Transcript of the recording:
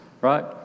right